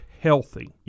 healthy